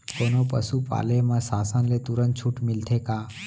कोनो पसु पाले म शासन ले तुरंत छूट मिलथे का?